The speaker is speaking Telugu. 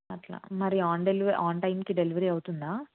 అలా మరి ఆన్ ఆన్ టైంకి డెలివరీ అవుతుందా